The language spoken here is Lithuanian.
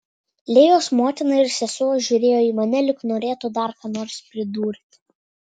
lėjos motina ir sesuo žiūrėjo į mane lyg norėtų dar ką nors pridurti